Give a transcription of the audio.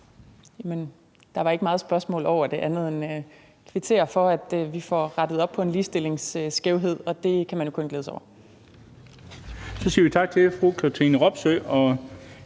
der var ikke meget spørgsmål over det andet end en kvitteren for, at vi får rettet op på en ligestillingsskævhed. Og det kan man jo kun glæde sig over. Kl. 16:32 Den fg. formand (Bent